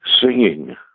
singing